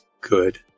good